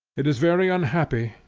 it is very unhappy,